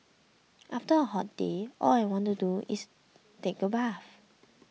after a hot day all I want to do is take a bath